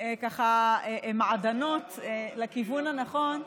מעדנות לכיוון הנכון,